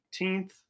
18th